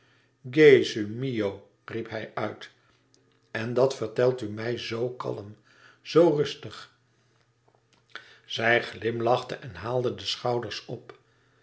gesu mio riep hij uit en dat vertelt u mij zoo kalm zoo rustig zij glimlachte en haalde de schouders op